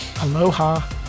aloha